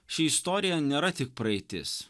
ši istorija nėra tik praeitis